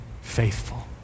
faithful